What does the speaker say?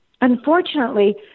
Unfortunately